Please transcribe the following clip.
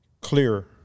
clear